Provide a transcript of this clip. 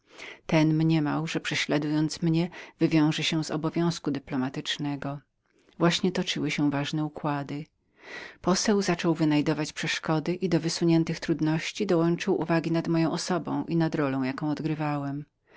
że prześladując mnie wywiąże się z obowiązku dyplomatycznego śród tego toczyły się ważne układy poseł zaczął wynajdować przeszkody i do pokładanych trudności dołączył uwagi nad moją osobą i nad rolą jaką odgrywałem